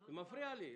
זה מפריע לי.